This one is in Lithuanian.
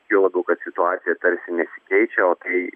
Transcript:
juo labiau kad situacija tarsi nesikeičia o tai